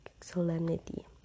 solemnity